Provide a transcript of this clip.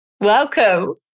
Welcome